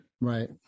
Right